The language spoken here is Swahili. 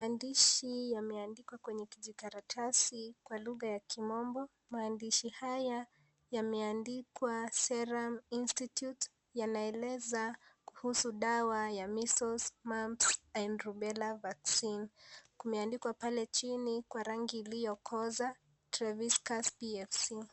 Maandishi yameandikwa kwenye kijikaratasi kwa lugha ya kimombo. Maandishi haya yameandikwa Serum Institute, yanaeleza kuhusu dawa ya measles mumps and rubela vaccine kumeandikwa pale chini kwa rangi iliyokoza treviscas pfc .